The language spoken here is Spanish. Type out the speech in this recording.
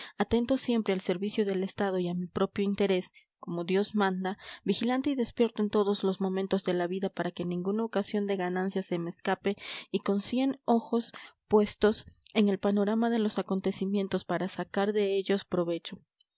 atento siempre al servicio del estado y a mi propio interés como dios manda vigilante y despierto en todos los momentos de la vida para que ninguna ocasión de ganancia se me escapase y con cien ojos puestos en el panorama de los acontecimientos para sacar de ellos provecho